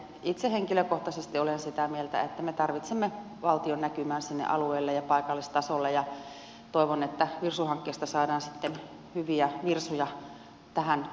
itse henkilökohtaisesti olen sitä mieltä että me tarvitsemme valtion näkymään sinne alueille ja paikallistasolle ja toivon että virsu hankkeesta saadaan sitten hyviä virsuja tähän suuntaan